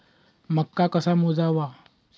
मका कसा मोजावा?